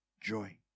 Joy